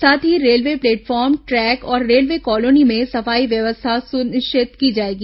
साथ ही railway platform track और रेलवे कॉलोनी में सफाई व्यवस्था सुनिश्चित की जाएगी